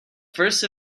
first